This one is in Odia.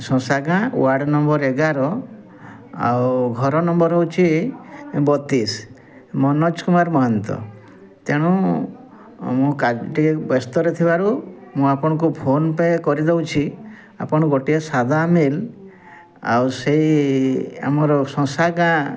ସସାଂ ଗାଁ ୱାର୍ଡ଼ ନମ୍ବର ଏଗାର ଆଉ ଘର ନମ୍ବର ହେଉଛି ବତିଶି ମନୋଜ କୁମାର ମହନ୍ତ ତେଣୁ ମୁଁ କାଲି ଟିକେ ବ୍ୟସ୍ତରେ ଥିବାରୁ ମୁଁ ଆପଣଙ୍କୁ ଫୋନପେ କରିଦଉଛି ଆପଣ ଗୋଟିଏ ସାଧା ମିଲ୍ ଆଉ ସେଇ ଆମର ସସାଂ ଗାଁ